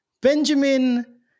benjamin